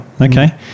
Okay